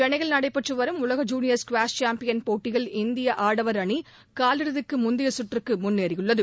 சென்னையில் நடைபெற்றுவரும் உலக ஜுனியர் ஸ்குவாஷ் சேம்பியன் போட்டியில் இந்தியஆடவர் அணிகாலிறுதிக்குமுந்தையசுற்றுக்குமுன்னேறியுள்ளது